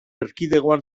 erkidegoan